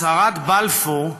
הצהרת בלפור,